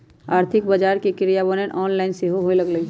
आर्थिक बजार के क्रियान्वयन ऑनलाइन सेहो होय लगलइ ह